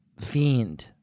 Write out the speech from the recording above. fiend